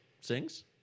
sings